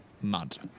mud